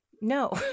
No